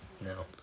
no